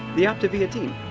the optavia team.